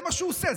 זה מה שהוא עושה,